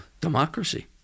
democracy